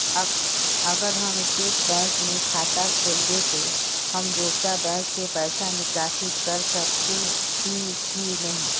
अगर हम State Bank में खाता खोलबे तो हम दोसर बैंक से पैसा निकासी कर सके ही की नहीं?